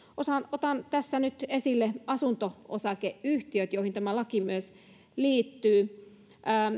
otan tässä nyt esille asunto osakeyhtiöt joihin tämä laki myös liittyy